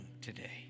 today